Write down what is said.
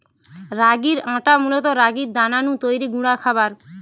রাগির আটা মূলত রাগির দানা নু তৈরি গুঁড়া খাবার